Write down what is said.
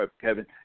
Kevin